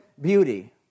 beauty